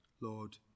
Lord